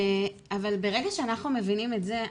ברגע שאנחנו מבינים את זה,